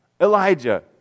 Elijah